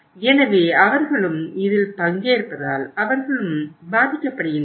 எனவே அவர்களும் இதில் பங்கேற்பதால் அவர்களும் பாதிக்கப்படுகின்றனர்